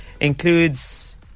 Includes